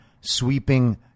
sweeping